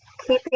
keeping